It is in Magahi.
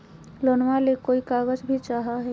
लोनमा ले कोई कागज भी चाही?